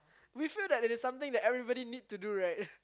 we feel that it is something that everybody need to do right